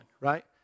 right